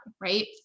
right